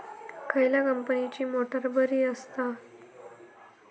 खयल्या कंपनीची मोटार बरी असता?